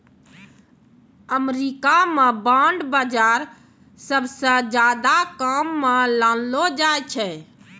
अमरीका म बांड बाजार सबसअ ज्यादा काम म लानलो जाय छै